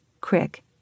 Crick